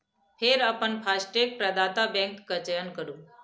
फेर अपन फास्टैग प्रदाता बैंक के चयन करू